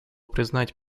признать